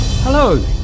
Hello